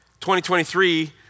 2023